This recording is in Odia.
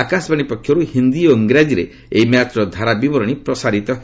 ଆକାଶବାଣୀ ପକ୍ଷରୁ ହିନ୍ଦୀ ଓ ଇଂରାଜୀରେ ଏହି ମ୍ୟାଚ୍ର ଧାରାବିବରଣୀ ପ୍ରସାରିତ ହେବ